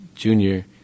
junior